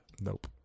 Nope